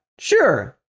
Sure